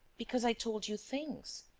because i told you things.